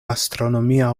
astronomia